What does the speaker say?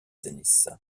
tennis